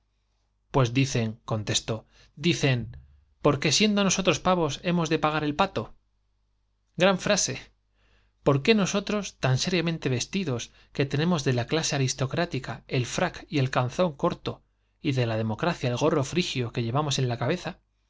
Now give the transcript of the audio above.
pues dicen contestó dicen por siendo qué nosotros pavos hemos de pagar el pato j gran frase por qué nosotros tan seriamente ves tidos que tenemos de la clase aristocrática el frac y el calzón corto y de la democracia el gorro frigio que llevamos en la cabeza